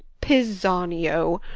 pisanio,